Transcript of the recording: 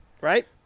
Right